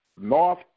North